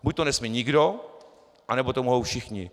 Buď to nesmí nikdo, anebo to mohou všichni.